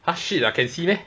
ah shit ah can see meh